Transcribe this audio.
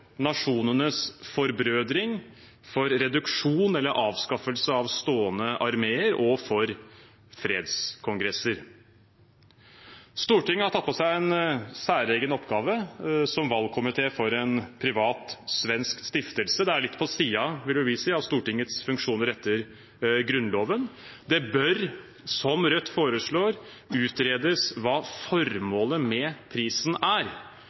nasjonenes forbrødring, for reduksjon eller avskaffelse av stående armeer og for fredskongresser. Stortinget har tatt på seg en særegen oppgave som valgkomité for en privat svensk stiftelse. Det er litt på siden, vil vi si, av Stortingets funksjoner etter Grunnloven. Det bør, som Rødt har foreslått, utredes hva formålet med prisen er,